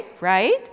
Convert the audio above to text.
right